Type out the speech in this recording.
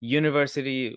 university